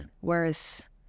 Whereas